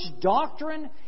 doctrine